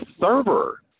server